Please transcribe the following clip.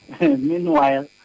Meanwhile